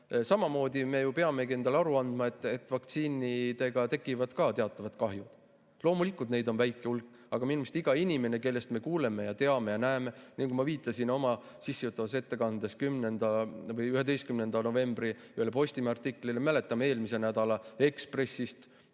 Samamoodi me peame endale aru andma, et vaktsiinidega tekivad ka teatavad kahjud. Loomulikult on neid väike hulk, aga minu arust iga inimene, kellest me kuuleme, keda me teame ja näeme, [on oluline]. Ma viitasin oma sissejuhatavas ettekandes 11. novembri Postimehe artiklile. Me mäletame eelmise nädala Ekspressis